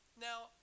Now